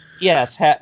Yes